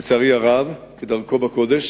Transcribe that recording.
לצערי הרב, כדרכו בקודש